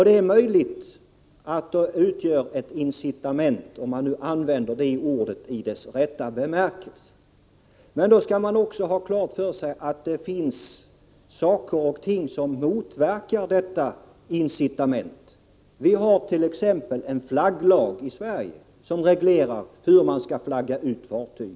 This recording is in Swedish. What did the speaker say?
Det är möjligt att det utgör ett incitament, om man nu använder det ordet i dess rätta bemärkelse. Men då skall man också ha klart för sig att det finns sådant som motverkar detta incitament. Vi har t.ex. en flagglag i Sverige som reglerar hur man skall flagga ut fartyg.